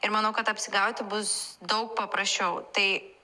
ir manau kad apsigauti bus daug paprasčiau tai